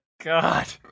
God